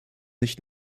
nicht